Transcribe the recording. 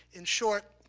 in short,